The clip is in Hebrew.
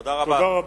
תודה רבה.